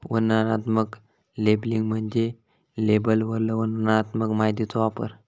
वर्णनात्मक लेबलिंग म्हणजे लेबलवरलो वर्णनात्मक माहितीचो वापर